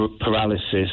paralysis